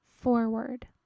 forward